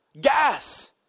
Gas